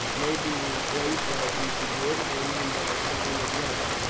may be replaced by a piece of wood, or even by a thong of leather.